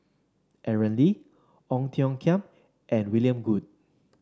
Aaron Lee Ong Tiong Khiam and William Goode